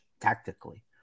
tactically